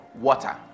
water